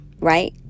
right